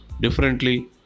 differently